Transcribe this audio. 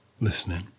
listening